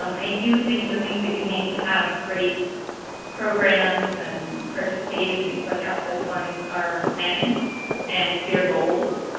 um i do think the things that you do need to have great programs and participate in things like outside the lines are planning and clear goals.